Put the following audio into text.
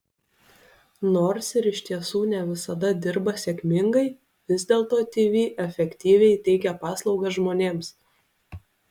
nors ir iš tiesų ne visada dirba sėkmingai vis dėlto tv efektyviai teikia paslaugas žmonėms